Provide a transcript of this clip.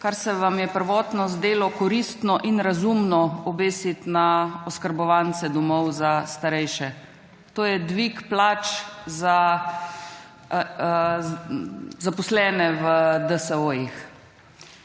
kar se vam je prvotno zdelo koristno in razumno obesiti na oskrbovance domov za starejše. To je dvig plač zaposlene v DSO.